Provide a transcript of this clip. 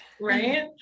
right